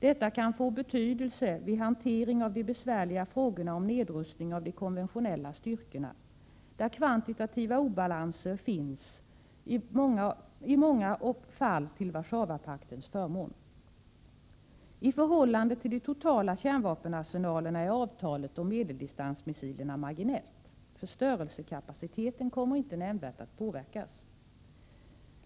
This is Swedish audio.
Detta kan få betydelse vid hantering av de besvärliga frågorna om nedrustning av de konventionella styrkorna, där kvantitativa obalanser finns, i många fall till Warszawapaktens förmån. I förhållande till de totala kärnvapenarsenalerna är avtalet om medeldistansmissilerna marginellt. Förstörelsekapaciteten kommer inte nämnvärt att påverkas.